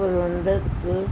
ਪ੍ਰਬੰਧਿਤ